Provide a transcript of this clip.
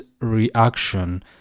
reaction